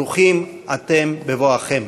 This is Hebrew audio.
ברוכים אתם בבואכם.